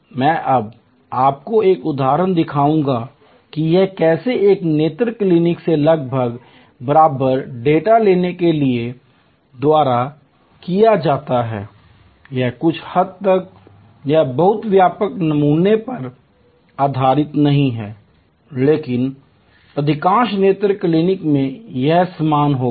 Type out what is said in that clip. मैं अब आपको एक उदाहरण दिखाऊंगा कि यह कैसे एक नेत्र क्लिनिक से लगभग बराबर डेटा लेने के द्वारा किया जाता है यह कुछ हद तक यह बहुत व्यापक नमूने पर आधारित नहीं है लेकिन अधिकांश नेत्र क्लीनिकों में यह समान होगा